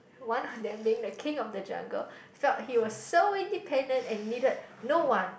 one of them being the king of the jungle felt he was so independent and needed no one